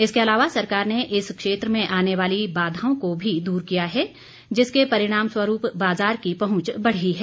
इसके अलावा सरकार ने इस क्षेत्र में आने वाली बाधाओं को भी दूर किया है जिसके परिणाम स्वरूप बाज़ार की पहुंच बढ़ी है